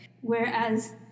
Whereas